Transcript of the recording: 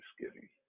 thanksgiving